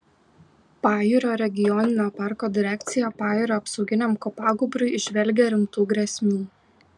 pajūrio regioninio parko direkcija pajūrio apsauginiam kopagūbriui įžvelgia rimtų grėsmių